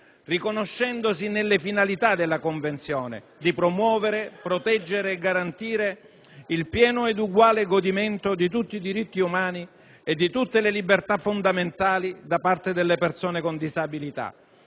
riconoscendosi nelle finalità della Convenzione di promuovere, proteggere e garantire il pieno ed eguale godimento di tutti i diritti umani e di tutte le libertà fondamentali da parte delle persone con disabilità,